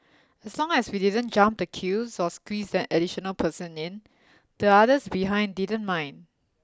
as long as we didn't jump the queues or squeezed an additional person in the others behind didn't mind